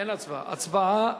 אין הצבעה.